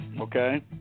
okay